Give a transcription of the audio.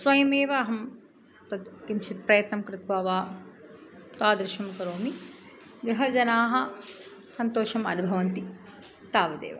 स्वयमेव अहं तद् किञ्चित् प्रयत्नं कृत्वा वा तादृशं करोमि गृहजनाः सन्तोषम् अनुभवन्ति तावदेव